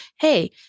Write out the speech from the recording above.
hey